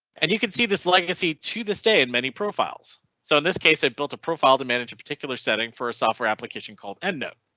and you can see this legacy to this day in many profiles so in this case they built a profile to manage a particular setting for a software application called endnote.